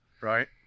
right